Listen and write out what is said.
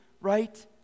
right